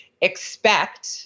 expect